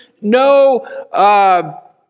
no